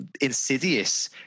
Insidious